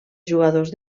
jugadors